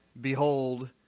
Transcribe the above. behold